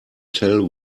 tell